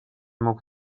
mógł